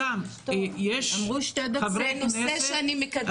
זה נושא שאני מקדמת אותו.